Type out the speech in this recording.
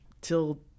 till